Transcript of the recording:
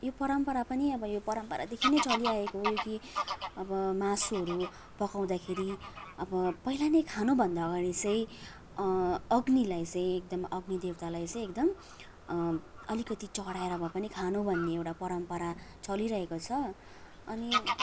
यो परम्परा पनि अब यो परम्परादेखि नै चलिआएको हो यो कि अब मासुहरू पकाउँदाखेरि अब पहिला नै खानुभन्दा अगाडि चाहिँ अग्निलाई चाहिँ एकदम अग्नि देवतालाई चाहिँ एकदम अलिकति चढाएर भए पनि खानु भन्ने एउटा परम्परा चलिरहेको छ अनि